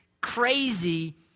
crazy